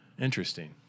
Interesting